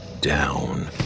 Down